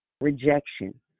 rejection